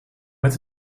met